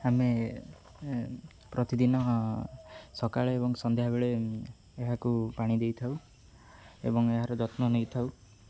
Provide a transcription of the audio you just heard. ଆମେ ପ୍ରତିଦିନ ସକାଳେ ଏବଂ ସନ୍ଧ୍ୟାବେଳେ ଏହାକୁ ପାଣି ଦେଇଥାଉ ଏବଂ ଏହାର ଯତ୍ନ ନେଇଥାଉ